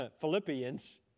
Philippians